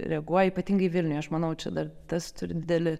reaguoja ypatingai vilniuj aš manau čia dar tas turi didelį